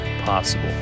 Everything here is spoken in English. possible